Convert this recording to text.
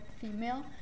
female